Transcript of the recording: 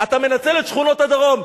אתה מנצל את שכונות הדרום.